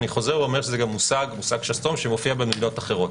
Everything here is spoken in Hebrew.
אני חוזר ואומר שזה גם מושג שסתום שמופיע במדינות אחרות.